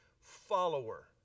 follower